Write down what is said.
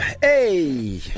Hey